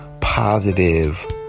positive